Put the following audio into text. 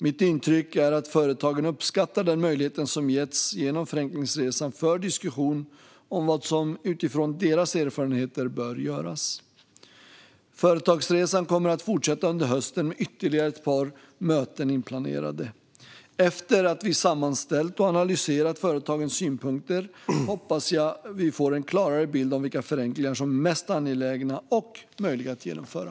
Mitt intryck är att företagen uppskattar den möjlighet som getts genom förenklingsresan för diskussion om vad som utifrån deras erfarenheter bör göras. Företagsresan kommer att fortsätta under hösten med ytterligare ett par möten inplanerade. Efter att vi sammanställt och analyserat företagens synpunkter hoppas vi få en klarare bild av vilka förenklingar som är mest angelägna och möjliga att genomföra.